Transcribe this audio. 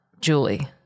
Julie